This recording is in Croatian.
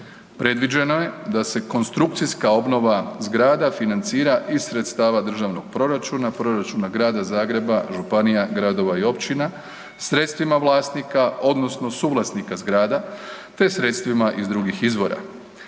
previđeno je da se konstrukcijska obnova zgrada financira iz sredstva državnog proračuna, proračuna Grada Zagreba, županija, gradova i općina, sredstvima vlasnika odnosno suvlasnika zgrada te sredstvima iz drugih izvora.